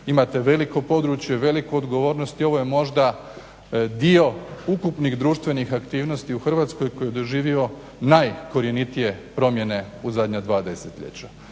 imate veliko područje, veliku odgovornosti i ovo je možda dio ukupnih društvenih aktivnosti u Hrvatskoj koji je doživio najkorjenitije promjene u zadnja dva